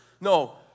No